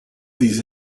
these